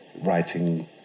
writing